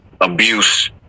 abuse